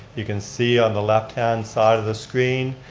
you can see on the left-hand side of the screen,